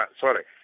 Sorry